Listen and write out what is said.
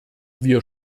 wir